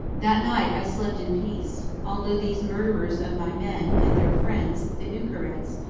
that night i slept in peace, although these murderers of my men, and their friends, the uinkarets,